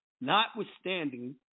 Notwithstanding